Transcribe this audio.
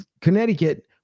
connecticut